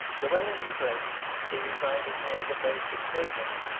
llewelyn the great, who resided near the base of snowdon,